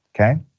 Okay